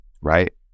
right